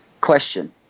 Question